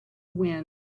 win